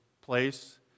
place